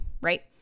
right